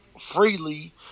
freely